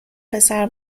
پسر